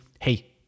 hey